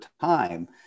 time